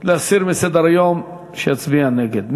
להסיר מסדר-היום, שיצביע נגד.